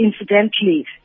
incidentally